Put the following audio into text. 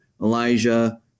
Elijah